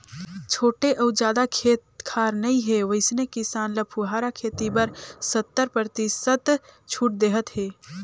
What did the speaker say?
छोटे अउ जादा खेत खार नइ हे वइसने किसान ल फुहारा खेती बर सत्तर परतिसत छूट देहत हे